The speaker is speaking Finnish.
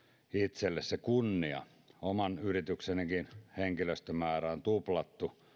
itselle se kunnia oman yrityksenikin henkilöstömäärä on tuplattu